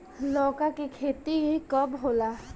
लौका के खेती कब होला?